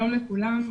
שלום לכולם,